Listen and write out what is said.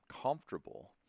comfortable